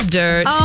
dirt